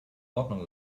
ordnung